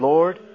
Lord